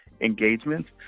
engagements